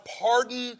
pardon